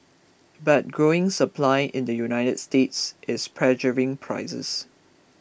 but growing supply in the United States is pressuring prices